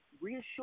reassure